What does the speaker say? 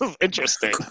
Interesting